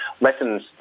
Lessons